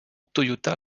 toyota